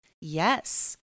Yes